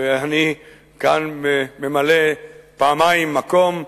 ואני כאן ממלא פעמיים מקום.